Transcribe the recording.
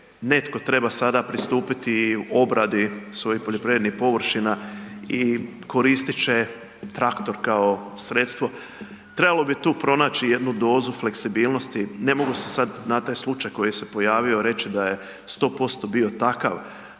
netko treba sada pristupiti obradi svojih poljoprivrednih površina, i koristit će traktor kao sredstvo, trebalo bi tu pronaći jednu dozu fleksibilnosti, ne mogu se sad na taj slučaj koji se pojavio, reći da je 100% bio takav,